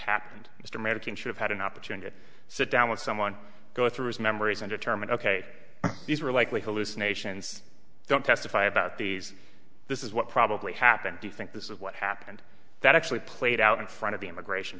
happened mr american should have had an opportunity to sit down with someone go through his memories undetermined ok these are likely hallucinations don't testify about these this is what probably happened do you think this is what happened that actually played out in front of the immigration